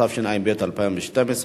התשע"ב 2012,